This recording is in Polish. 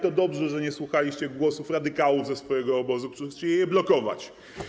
To dobrze, że nie słuchaliście głosów radykałów ze swojego obozu, którzy chcieli je blokować.